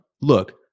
Look